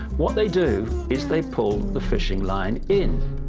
what they do is they pull the fishing line in.